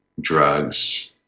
drugs